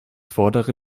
vordere